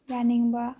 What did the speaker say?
ꯌꯥꯅꯤꯡꯕ